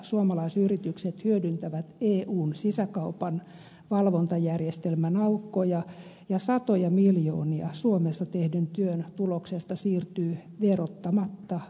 suomalaisyritykset hyödyntävät eun sisäkaupan valvontajärjestelmän aukkoja ja satoja miljoonia suomessa tehdyn työn tuloksesta siirtyy verottamatta ulkomaille